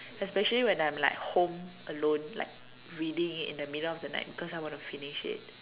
especially when I'm like home alone like reading it in the middle of the night because I want to finish it